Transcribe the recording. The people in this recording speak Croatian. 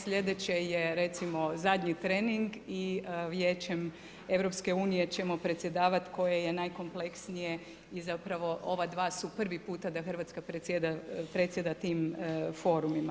Slijedeće je, recimo, zadnji trening i Vijećem EU ćemo predsjedavati koje je najkompleksnije i zapravo, ova dva su prvi puta da RH predsjeda tim forumima.